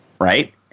right